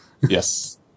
Yes